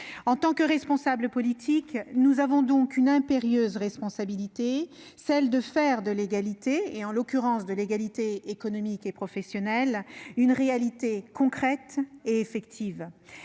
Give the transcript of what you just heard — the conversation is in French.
En tant que responsables politiques, nous avons donc l'impérieuse responsabilité de faire de l'égalité- en l'occurrence, de l'égalité économique et professionnelle -une réalité concrète et effective.